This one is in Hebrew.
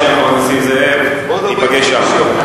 בעזרת השם, נסים זאב, ניפגש שם.